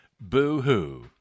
Boo-hoo